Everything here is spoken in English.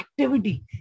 activity